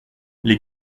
les